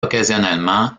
occasionnellement